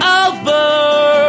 over